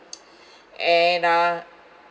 and uh